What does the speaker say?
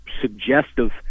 suggestive